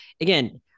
again